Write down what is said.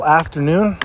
afternoon